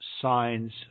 signs